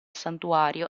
santuario